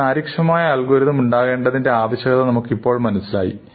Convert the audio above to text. ഒരു കാര്യക്ഷമമായ അൽഗോരിതം ഉണ്ടാകേണ്ടത്തിന്റെ ആവശ്യകത നമുക്ക് ഇപ്പോൾ മനസ്സിലായി